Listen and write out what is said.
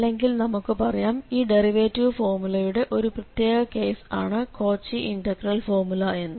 അല്ലെങ്കിൽ നമുക്കു പറയാം ഈ ഡെറിവേറ്റിവ് ഫോർമുലയുടെ ഒരു പ്രത്യേക കേസ് ആണ് കോച്ചി ഇന്റഗ്രൽ ഫോർമുല എന്ന്